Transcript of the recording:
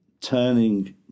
turning